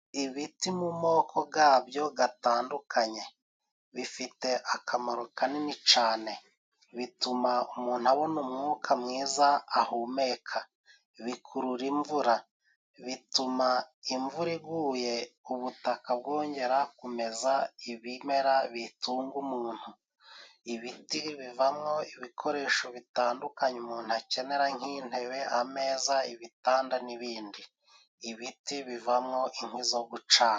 ibiti mu moko gabyo gatandukanye bifite akamaro kanini cane bituma umuntu abona umwuka mwiza ahumeka, bikurura imvura, bituma imvura iguye ubutaka bwongera kumeza ibimera bitunga umuntu, ibiti bivamwo ibikoresho bitandukanye umuntu akenera nk'intebe, ameza, ibitanda n'ibindi. Ibiti bivamo inkwi zo gucana.